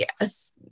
yes